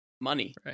money